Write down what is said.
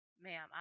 ma'am